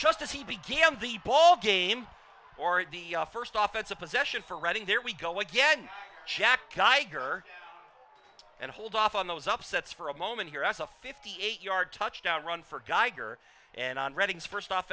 just as he began the ball game or at the first off it's a possession for reading there we go again jack geiger and hold off on those upsets for a moment here as a fifty eight yard touchdown run for geiger and on readings first off